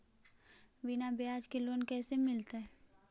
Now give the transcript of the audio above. बिना ब्याज के लोन कैसे मिलतै?